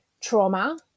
trauma